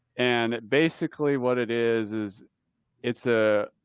and basically what it is, is it's a,